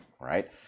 right